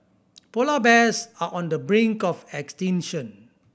polar bears are on the brink of extinction